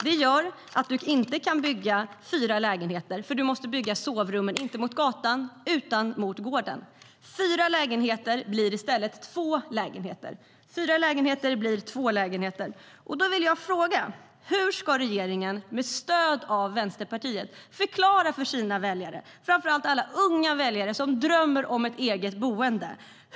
Det gör att man inte kan bygga fyra lägenheter, för man måste bygga sovrummen mot gården och inte mot gatan. Fyra lägenheter blir i stället två lägenheter. Hur ska regeringen med stöd av Vänsterpartiet förklara detta för sina väljare, framför allt alla unga väljare som drömmer om ett eget boende?